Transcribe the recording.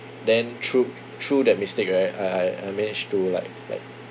then through through that mistake right I I I manage to like like